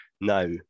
now